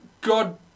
God